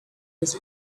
his